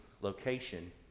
location